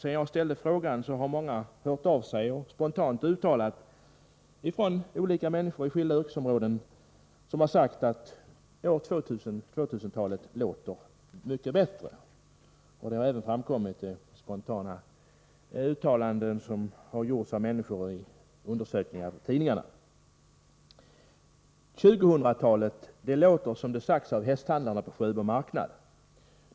Sedan jag ställde frågan har många hört av sig — människor som är verksamma inom skilda yrkesområden — och spontant uttalat att tvåtusentalet låter mycket bättre än tjugohundratalet. Liknande uttalanden har fällts vid undersökningar som gjorts av tidningarna. Tjugohundratalet låter som om det sagts av hästhandlarna på Sjöbo på nästa århundrade på nästa århundrade marknad.